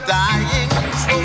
dying